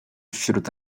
wśród